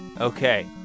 Okay